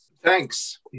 Thanks